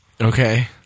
Okay